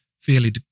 fairly